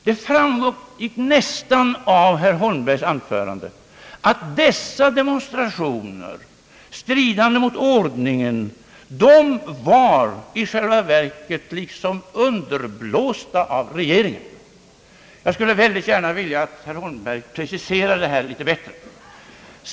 Det framgick nästan av herr Holmbergs anförande att dessa demonstrationer — stridande mot ordningen — i själva verket skulle vara underblåsta av regeringen. Jag skulle gärna vilja höra herr Holmberg precisera detta litet närmare.